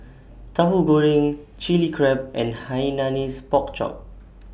Tahu Goreng Chilli Crab and Hainanese Pork Chop